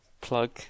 plug